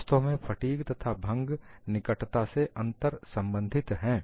वास्तव में फटीग तथा भंग निकटता से अंतर संबंधित है